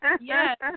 Yes